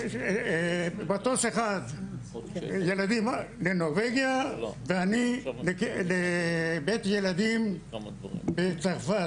מטוס אחד ילדים לנורבגיה ואני לבית ילדים בצרפת,